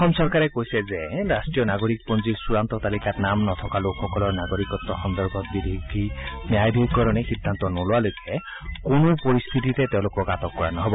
অসম চৰকাৰে কৈছে যে ৰাষ্ট্ৰীয় নাগৰিকপঞ্জীৰ চূড়ান্ত তালিকাত নাম নথকা লোকসকলৰ নাগৰিকত্ব সন্দৰ্ভত বিদেশী ন্যায়াধীকৰণে সিদ্ধান্ত নোলোৱালৈকে কোনো পৰিস্থিতিতে তেওঁলোকক আটক কৰা নহ'ব